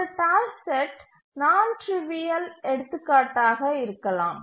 ஒரு task set நான் trivial எடுத்துக்காட்டாக இருக்கலாம்